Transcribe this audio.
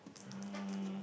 um